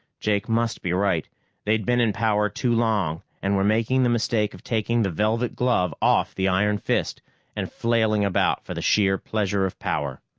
jake must be right they'd been in power too long, and were making the mistake of taking the velvet glove off the iron fist and flailing about for the sheer pleasure of power.